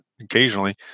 occasionally